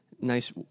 Nice